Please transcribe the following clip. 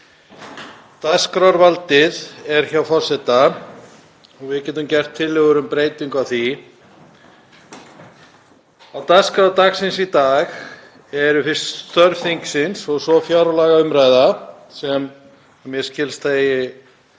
Dagskrárvaldið er hjá forseta og við getum gert tillögur um breytingu á því. Á dagskrá dagsins í dag eru fyrst störf þingsins og svo umræða um fjárlög, sem mér skilst að